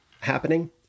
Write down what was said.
happening